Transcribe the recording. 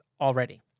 already